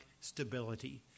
stability